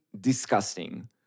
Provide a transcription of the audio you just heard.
disgusting